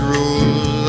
rules